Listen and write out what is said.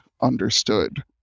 understood